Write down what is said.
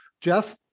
Jeff